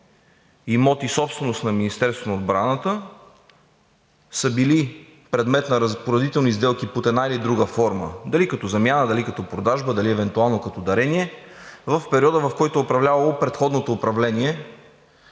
имоти – собственост на Министерството на отбраната, са били предмет на разпоредителни сделки под една или друга форма – дали като замяна, дали като продажба, дали евентуално като дарение, в периода, в който е управлявало предходното управление